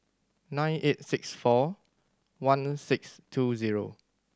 nine eight six four one six two zero